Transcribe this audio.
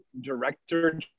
director